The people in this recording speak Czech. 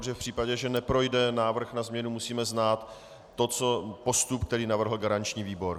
Protože v případě, že neprojde návrh na změnu, musíme znát postup, který navrhl garanční výbor.